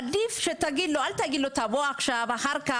עדיף שלא תגיד לו תבוא אחר כך,